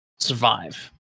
survive